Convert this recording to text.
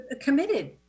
Committed